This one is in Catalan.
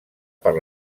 per